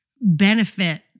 benefit